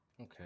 Okay